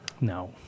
No